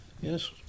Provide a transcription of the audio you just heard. Yes